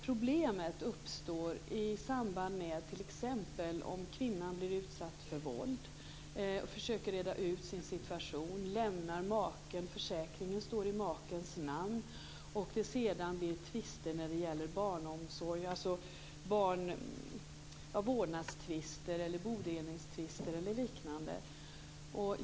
Problemet uppstår i samband med att en kvinna t.ex. blir utsatt för våld, försöker reda ut sin situation, lämnar maken, försäkringen står i makens namn och det sedan blir vårdnadstvister, bodelningstvister eller liknande.